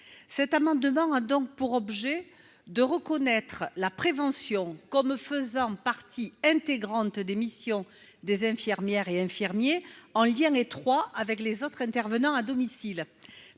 cet amendement a donc pour objet de reconnaître la prévention comme faisant partie intégrante des missions des infirmières et infirmiers en lien étroit avec les autres intervenants à domicile,